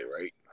right